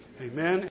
Amen